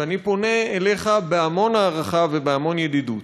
ואני פונה אליך בהמון הערכה ובהמון ידידות,